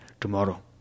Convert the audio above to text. tomorrow